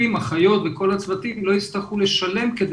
אם